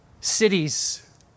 cities